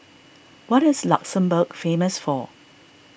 what is Luxembourg famous for